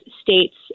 states